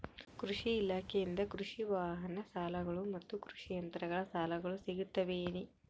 ಕೃಷಿ ಇಲಾಖೆಯಿಂದ ಕೃಷಿ ವಾಹನ ಸಾಲಗಳು ಮತ್ತು ಕೃಷಿ ಯಂತ್ರಗಳ ಸಾಲಗಳು ಸಿಗುತ್ತವೆಯೆ?